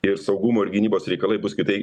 ir saugumo ir gynybos reikalai bus kitai